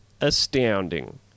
astounding